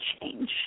change